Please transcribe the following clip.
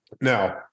Now